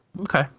Okay